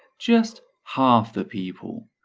just half the people.